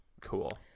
cool